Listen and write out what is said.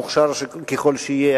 מוכשר ככל שיהיה,